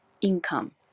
income